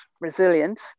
resilient